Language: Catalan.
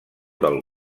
del